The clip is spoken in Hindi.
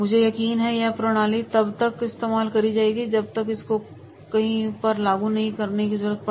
मुझे यकीन है कि यह प्रणाली तब तब इस्तेमाल करी जाएगी जब भी इसको कहीं पर लागू करने की जरूरत हो